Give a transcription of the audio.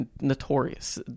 notorious